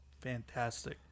fantastic